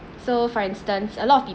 so for instance a lot of